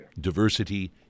diversity